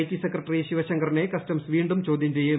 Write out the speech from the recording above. T secretary ശിവശങ്കറിനെ customs വീണ്ടും ചോദ്യം ചെയ്യും